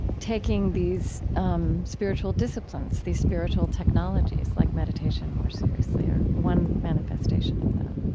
taking these um spiritual disciplines, these spiritual technologies like meditation more seriously, are one manifestation of that.